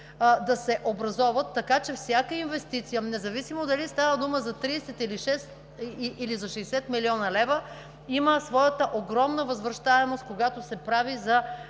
да се образоват, така че всяка инвестиция, независимо дали става дума за 30 или за 60 млн. лв., има своята огромна възвръщаемост, когато се прави за